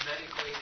medically